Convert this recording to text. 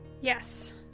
Yes